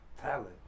talent